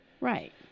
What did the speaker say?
Right